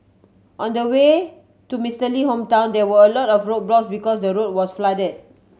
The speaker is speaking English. on the way to Mister Lee hometown there were a lot of roadblocks because the road was flooded